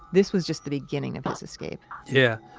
this was just the beginning of his escape yeah.